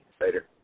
Later